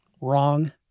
Wrong